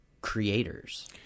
creators